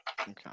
Okay